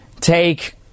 take